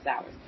hours